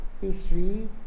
History